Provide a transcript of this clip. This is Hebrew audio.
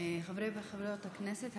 חברות וחברי הכנסת,